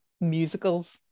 musicals